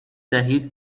دهید